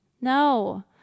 No